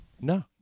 No